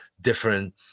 different